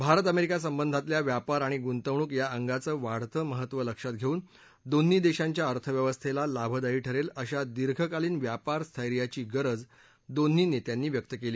Bharat America संबंधातल्या व्यापार आणि गुंतवणूक या अंगाचं वाढतं महत्व लक्षात घेऊन दोन्ही देशांच्या अर्थव्यवस्थेला लाभादायी ठरेल अशा दीर्घकालीन व्यापार स्थैर्याची गरज उभय नेत्यांनी व्यक्त केली